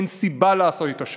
אין סיבה לעשות איתו שלום.